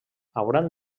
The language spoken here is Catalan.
hauran